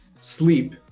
sleep